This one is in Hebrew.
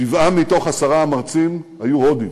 שבעה מתוך עשרת המרצים היו הודים.